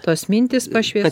tos mintys pašvies